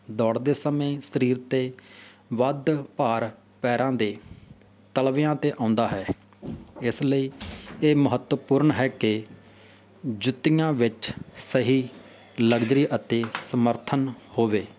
ਦੌੜਦੇ ਸਮੇਂ ਸਰੀਰ 'ਤੇ ਵੱਧ ਭਾਰ ਪੈਰਾਂ ਦੇ ਤਲਵਿਆਂ 'ਤੇ ਆਉਂਦਾ ਹੈ ਇਸ ਲਈ ਇਹ ਮਹੱਤਵਪੂਰਨ ਹੈ ਕਿ ਜੁੱਤੀਆਂ ਵਿੱਚ ਸਹੀ ਲਗਜ਼ਰੀ ਅਤੇ ਸਮਰਥਨ ਹੋਵੇ